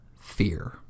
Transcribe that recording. fear